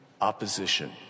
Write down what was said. opposition